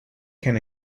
can